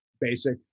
basic